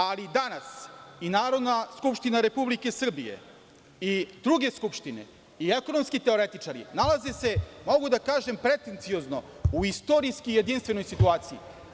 Ali, danas i Narodna skupština Republike Srbije, i druge skupštine i ekonomski teoretičari, nalaze se, mogu da kažem, pretenciozno u istorijski jedinstvenoj situaciji.